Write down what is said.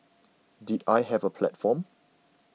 did I have a platform